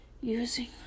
using